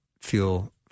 feel